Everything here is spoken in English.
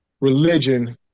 religion